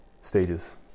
stages